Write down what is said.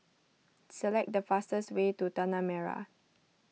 select the fastest way to Tanah Merah